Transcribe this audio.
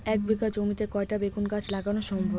এক বিঘা জমিতে কয়টা বেগুন গাছ লাগানো সম্ভব?